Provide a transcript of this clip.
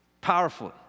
powerfully